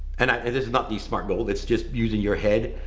and this is not the smart goal it's just using your head